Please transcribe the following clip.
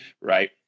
right